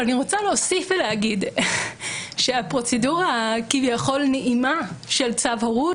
אבל אני רוצה להוסיף ולהגיד שהפרוצדורה הכביכול נעימה של צו הורות,